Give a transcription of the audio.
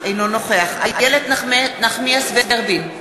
אינו נוכח איילת נחמיאס ורבין,